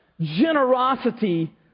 generosity